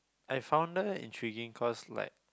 I found her intriguing cause like